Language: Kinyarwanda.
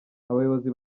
abayobozi